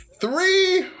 three